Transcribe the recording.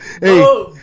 Hey